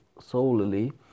solely